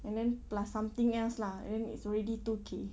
and then plus something else lah then it's already two K